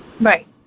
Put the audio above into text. Right